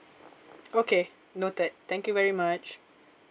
okay noted thank you very much